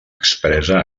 expressa